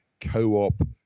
co-op